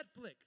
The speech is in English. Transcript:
Netflix